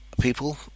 people